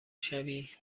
شوی